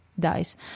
dies